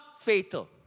fatal